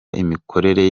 imikorere